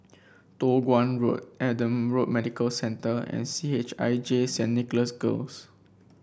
Toh Guan Road Adam Road Medical Centre and C H I J Saint Nicholas Girls